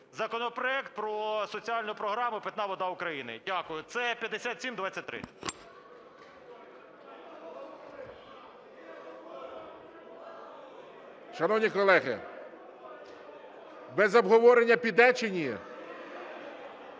законопроект про соціальну програму "Питна вода України". Дякую. Це 5723.